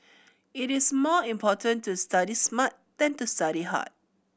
it is more important to study smart than to study hard